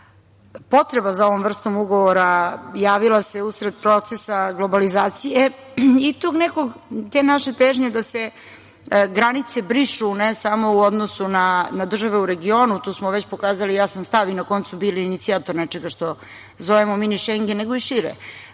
Potreba za ovom vrstom ugovora javila se usled procesa globalizacije i te neke naše težnje da se granice brišu, ne samo u odnosu na države u regionu, tu smo već pokazali jasan stav i na koncu bili inicijator nečega što zovemo Mini Šengen, nego i